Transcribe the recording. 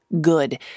good